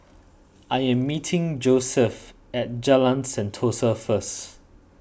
I am meeting Joesph at Jalan Sentosa first